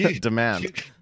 demand